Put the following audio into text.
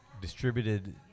distributed